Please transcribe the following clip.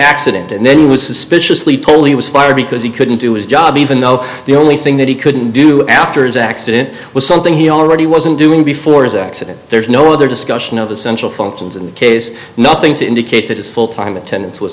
accident and then he was suspiciously totally was fired because he couldn't do his job even though the only thing that he couldn't do after his accident was something he already wasn't doing before his accident there's no other discussion of essential functions in the case nothing to indicate that his full time attendance was